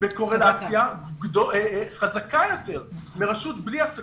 בקורלציה חזקה יותר מרשות בלי עסקים.